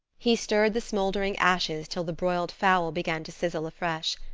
he stirred the smoldering ashes till the broiled fowl began to sizzle afresh.